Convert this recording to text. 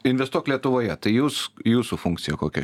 investuok lietuvoje tai jūs jūsų funkcija kokia